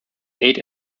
eight